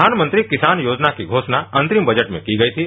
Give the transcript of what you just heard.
प्रधानमंत्री किसान योजना कि घोषणा अन्तरिम बजट में की गई थी